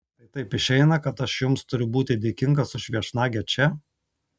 tai taip išeina kad aš jums turiu būti dėkingas už viešnagę čia